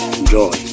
enjoy